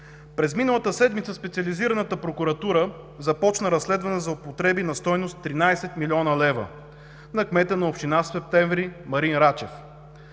През миналата седмица Специализираната прокуратура започна разследване на злоупотреби на стойност 13 млн. лв. на кмета на община Септември Марин Рачев.